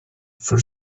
for